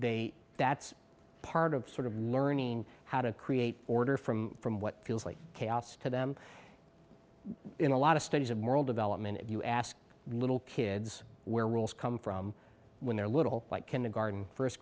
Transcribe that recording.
and that's part of sort of learning how to create order from from what feels like chaos to them in a lot of studies of moral development if you ask little kids where rules come from when they're little like kindergarten first